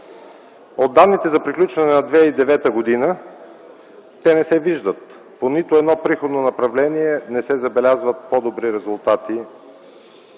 От данните за приключване на 2009 г. те не се виждат, по нито едно приходно направление не се забелязват по-добри резултати.